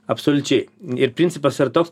absoliučiai ir principas yra toks